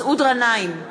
מסעוד גנאים,